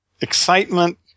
excitement